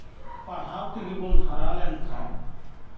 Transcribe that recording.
ᱯᱟᱲᱦᱟᱣ ᱛᱮᱜᱮ ᱵᱚᱱ ᱦᱟᱨᱟ ᱞᱮᱱ ᱠᱷᱟᱱ